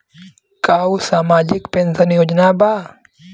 का उ सामाजिक पेंशन योजना बा?